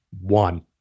one